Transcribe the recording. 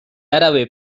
árabe